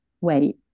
wait